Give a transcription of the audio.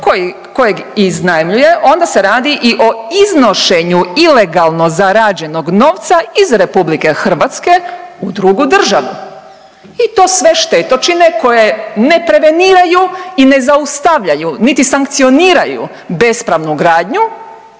kojeg iznajmljuje onda se radi i o iznošenju ilegalno zarađenog novca iz RH u drugu državu i to sve štetočine koje ne preveniraju i ne zaustavljaju niti sankcioniraju bespravnu gradnju